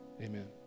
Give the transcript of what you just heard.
Amen